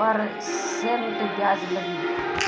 Percent ब्याज लगी?